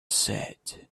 said